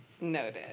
Noted